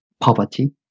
poverty